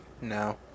No